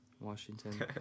Washington